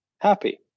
happy